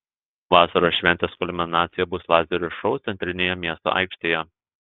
vasaros šventės kulminacija bus lazerių šou centrinėje miesto aikštėje